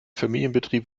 familienbetrieb